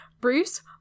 Bruce